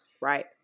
Right